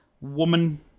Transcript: woman